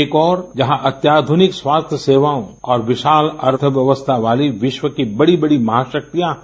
एक ओर जहां अत्याध्रनिक स्वास्थ्य सेवाओं और विशाल अर्थव्यवस्था वाली विश्व की बड़ी बड़ी महाशक्तियां हैं